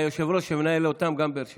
והיושב-ראש שמנהל אותם גם באר שבעי.